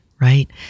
right